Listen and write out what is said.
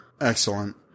excellent